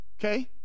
Okay